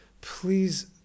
please